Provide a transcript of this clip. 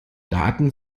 daten